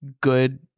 good